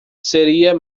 seria